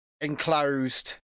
enclosed